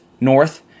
north